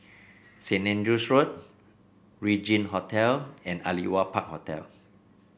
Saint Andrew's Road Regin Hotel and Aliwal Park Hotel